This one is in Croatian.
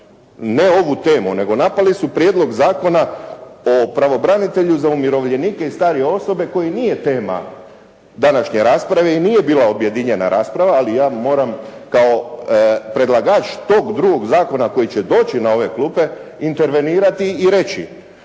ne ovu temu, nego napali su Prijedlog zakona o pravobranitelju za umirovljenike i starije osobe koji nije tema današnje rasprave i nije bila objedinjena rasprava. Ali ja moram kao predlagač tog drugog zakona koji će doći na ove klupe intervenirati i reći.